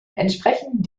entsprechen